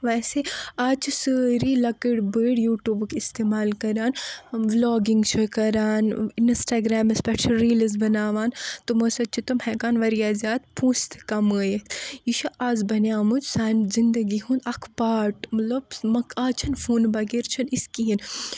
ویسے آز چھِ سٲری لکٕتۍ بٔڑۍ یوٗٹیوٗبُک استعمال کران وِلاگینگ چھِ کران انسٹاگریامس پٮ۪ٹھ چھِ ریٖلٕز بناوان تمو سۭتۍ چھِ تِم ہیٚکان واریاہ زیادٕ پونسہٕ تہِ کمٲیتھ یہِ چھُ آز بنومُت سانہِ زِنٛدگی ہُند اکھ پاٹ مطلب آز چھنہٕ فونہٕ بغیر چھنہٕ أسۍ کیٖہنۍ